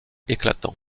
éclatant